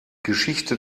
geschichte